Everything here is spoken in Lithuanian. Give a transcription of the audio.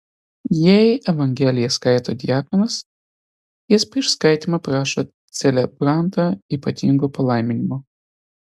jei evangeliją skaito diakonas jis prieš skaitymą prašo celebrantą ypatingo palaiminimo